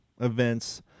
events